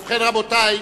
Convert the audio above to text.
ובכן, רבותי,